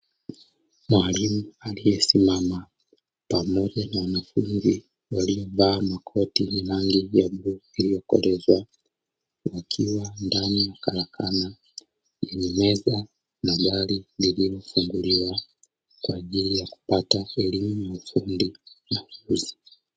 Mwalimu aliyesimama pamoja na wanafunzi waliovaa makoti ya rangi ya bluu iliyokolezwa, wakiwa ndani ya karakana yenye meza na gari lililofunguliwa kwa ajili ya kupata elimu ya ufundi.